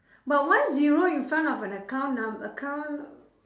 but one zero in front of an account num~ account